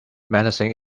menacing